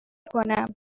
کنم